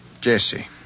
Jesse